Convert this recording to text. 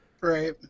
right